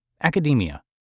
Academia